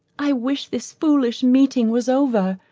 i wish this foolish meeting was over,